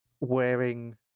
wearing